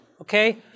Okay